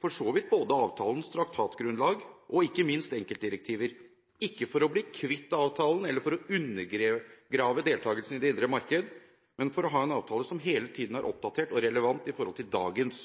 for så vidt både avtalens traktatgrunnlag og ikke minst enkeltdirektiver, ikke for å bli kvitt avtalen eller for å undergrave deltagelsen i det indre marked, men for å ha en avtale som hele tiden er oppdatert og relevant i forhold til dagens